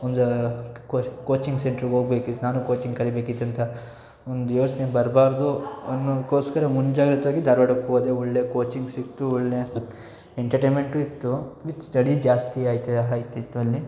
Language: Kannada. ಒಂದು ಕೋಚಿಂಗ್ ಸೆಂಟ್ರಗೆ ಹೋಗಬೇಕಿತ್ತು ನಾನೂ ಕೋಚಿಂಗ್ ಕಲಿಬೇಕಿತ್ತಂತ ಒಂದು ಯೋಚನೆ ಬರಬಾರ್ದು ಅನ್ನೋಕ್ಕೋಸ್ಕರ ಮುಂಜಾಗ್ರತೆಯಾಗಿ ಧಾರ್ವಾಡಕ್ಕೆ ಹೋದೆ ಒಳ್ಳೆ ಕೋಚಿಂಗ್ ಸಿಕ್ಕಿತು ಒಳ್ಳೆ ಎಂಟರ್ಟೈಮೆಂಟೂ ಇತ್ತು ವಿತ್ ಸ್ಟಡಿ ಜಾಸ್ತಿ ಆಯಿತಾ ಆಗ್ತಿತ್ತು ಅಲ್ಲಿ